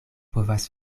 povas